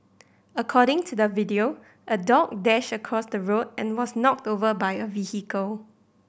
according to the video a dog dashed across the road and was knocked over by a vehicle